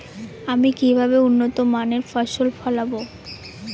আমি কিভাবে উন্নত মানের ফসল ফলাবো?